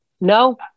no